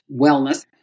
wellness